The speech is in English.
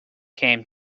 came